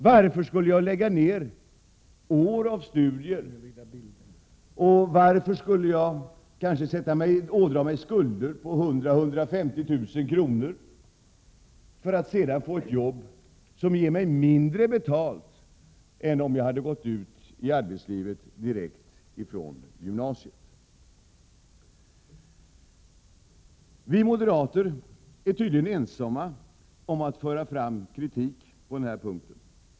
Varför skulle jag lägga ner år av studier, och varför skulle jag ådra mig skulder på 100 000-150 000 kr. för att sedan få ett jobb som ger mig mindre betalt än om jag hade gått ut i arbetslivet direkt från gymnasiet? Vi moderater är tydligen ensamma om att föra fram kritik på denna punkt.